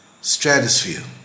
stratosphere